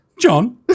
John